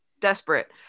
desperate